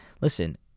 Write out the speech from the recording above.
listen